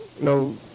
no